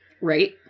right